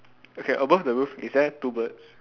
okay above the roof is there two birds